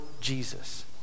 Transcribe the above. Jesus